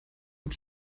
mit